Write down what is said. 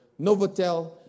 Novotel